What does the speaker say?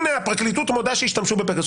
הנה הפרקליטות מודה שהשתמשו בפגסוס.